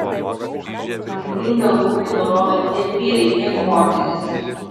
klaidingą ūgį nurodo tiek vyrai tiek moterys